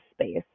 space